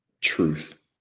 truth